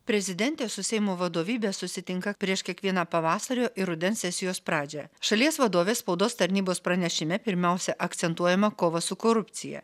prezidentė su seimo vadovybe susitinka prieš kiekvieną pavasario ir rudens sesijos pradžią šalies vadovės spaudos tarnybos pranešime pirmiausia akcentuojama kova su korupcija